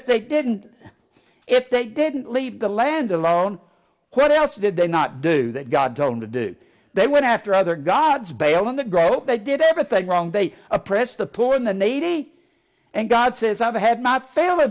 if they didn't if they didn't leave the land alone what else did they not do that god told him to do they went after other gods bail in the growth they did everything wrong they oppress the poor in the needy and god says i've had my fail